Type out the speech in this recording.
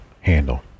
handle